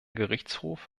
gerichtshof